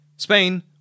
Spain